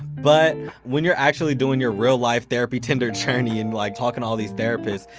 but when you're actually doing your real-life therapy tinder journey and like talking to all these therapists,